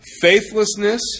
faithlessness